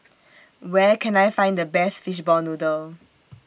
Where Can I Find The Best Fishball Noodle